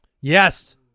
Yes